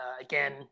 again